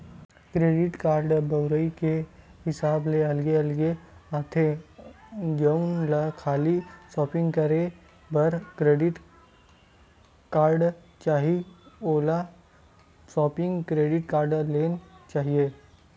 credit card बउरई के हिसाब ले अलगे अलगे आथे, जउन ल खाली सॉपिंग करे बर कारड चाही ओला सॉपिंग क्रेडिट कारड लेना चाही